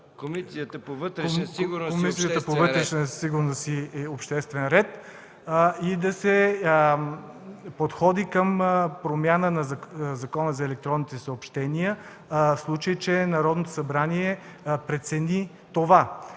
Комисията по вътрешна сигурност и обществен ред, и да се подходи към промяна на Закона за електронните съобщения, в случай че Народното събрани прецени това.